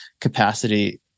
capacity